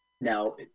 Now